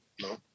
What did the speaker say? no